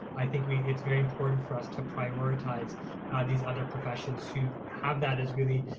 i think we, it's very important for us to prioritize these other professions who have that as really